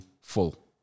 full